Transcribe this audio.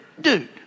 dude